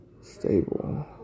stable